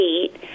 eight –